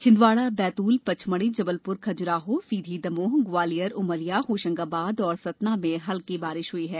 छिंदवाड़ा बैतूल पचमढ़ी जबलपुर खजुराहो सीधी दमोह ग्वालियर उमरिया होशंगाबाद और सतना में हल्की बारिष हुई है